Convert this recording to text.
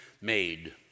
made